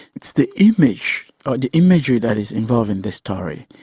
it's the image, or the imagery that is involved in this story.